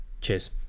cheers